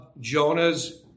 Jonah's